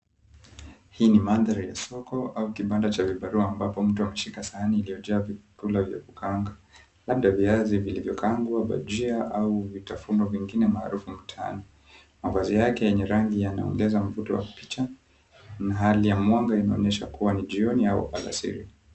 Hii ni mandhari ya soko au kibanda cha vibarua ambapo mtu ameshika sahani iliyojaa vyakula vya kukaanga labda viazi vilivyokaangwa, bajia au vitafuno vingine maarufu mtaani. Mavazi yake yenye rangi yanaongeza mvuto wa picha na hali ya mwanga inaonyesha kua ni jioni au alasiri.